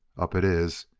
up it is!